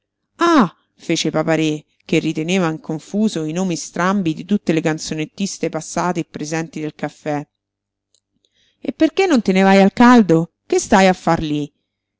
ah fece papa-re che riteneva in confuso i nomi strambi di tutte le canzonettiste passate e presenti del caffè e perché non te ne vai al caldo che stai a far